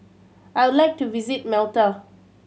I would like to visit Malta